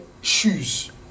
shoes